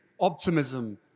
optimism